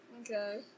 Okay